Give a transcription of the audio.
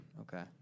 Okay